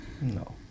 No